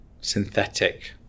synthetic